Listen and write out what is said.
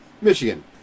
Michigan